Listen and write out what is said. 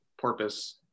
porpoise